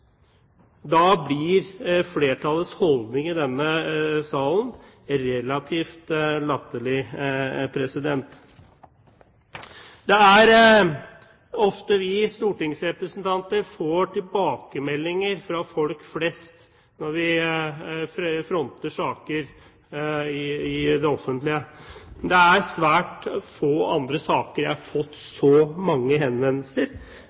blir flertallets holdning i denne salen relativt latterlig. Det er ofte vi stortingsrepresentanter får tilbakemeldinger fra folk flest når vi fronter saker i det offentlige. Det er svært få andre saker jeg har fått så mange henvendelser